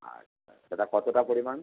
আচ্ছা সেটা কতটা পরিমাণ